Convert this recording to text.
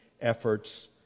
efforts